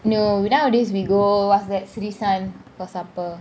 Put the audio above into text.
no we nowadays we go what's that srisun for supper